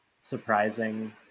surprising